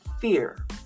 fear